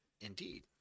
indeed